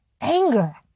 anger